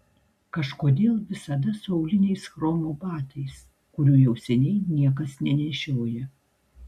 kažkodėl visada su auliniais chromo batais kurių jau seniai niekas nenešioja